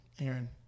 Aaron